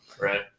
Right